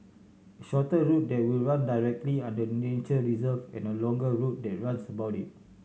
a shorter route that will run directly under the nature reserve and a longer route that runs about it